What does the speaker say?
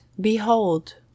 Behold